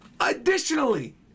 Additionally